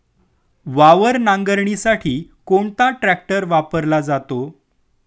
वावर नांगरणीसाठी कोणता ट्रॅक्टर वापरला जातो?